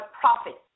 profit